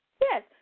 Yes